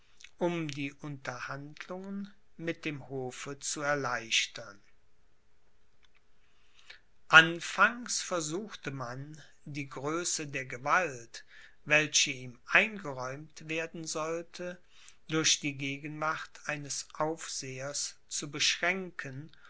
um die unterhandlungen mit dem hofe zu erleichtern anfangs versuchte man die größe der gewalt welche ihm eingeräumt werden sollte durch die gegenwart eines aufsehers zu beschränken